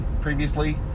previously